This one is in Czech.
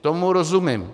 Tomu rozumím.